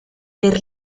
per